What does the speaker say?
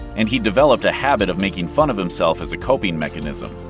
and he'd developed a habit of making fun of himself as a coping mechanism.